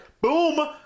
Boom